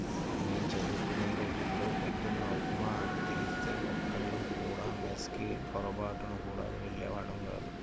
మేం చదువుకునే రోజుల్లో పొద్దున్న ఉప్మా అని తెలిస్తే ఒక్కళ్ళం కూడా మెస్ కి పొరబాటున గూడా వెళ్ళేవాళ్ళం గాదు